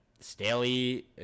Staley